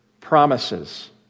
promises